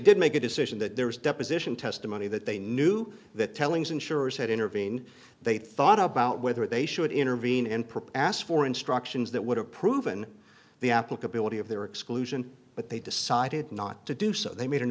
did make a decision that there was deposition testimony that they knew that tellings insurers had intervened they thought about whether they should intervene and perp asked for instructions that would have proven the applicability of their exclusion but they decided not to do so they made an